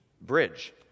bridge